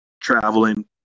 Traveling